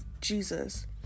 Jesus